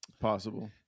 Possible